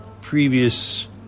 previous